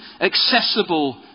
accessible